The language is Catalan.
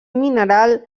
mineral